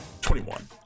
twenty-one